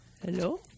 Hello